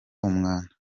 umwanda